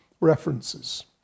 references